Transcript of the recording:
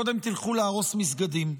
קודם תלכו להרוס מסגדים.